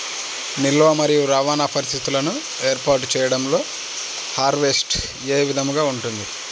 నిల్వ మరియు రవాణా పరిస్థితులను ఏర్పాటు చేయడంలో హార్వెస్ట్ ఏ విధముగా ఉంటుంది?